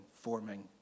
forming